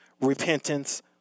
repentance